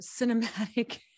cinematic